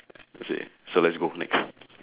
is it so let's go next